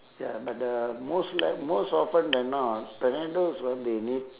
ya but the most le~ most often than now ah tornadoes ah they need